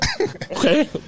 Okay